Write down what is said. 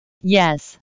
Yes